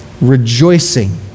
rejoicing